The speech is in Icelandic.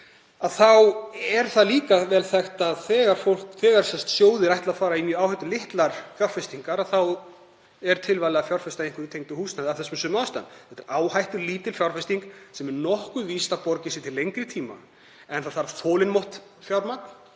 því er líka vel þekkt að þegar sjóðir ætla að fara í mjög áhættulitlar fjárfestingar þykir tilvalið að fjárfesta í einhverju tengdu húsnæði af þessum sömu ástæðum. Þetta er áhættulítil fjárfesting sem er nokkuð víst að borgar sig til lengri tíma. En það þarf þolinmótt fjármagn